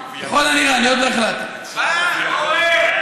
ככל הנראה, אני עוד לא החלטתי, אורן.